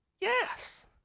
Yes